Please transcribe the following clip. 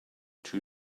two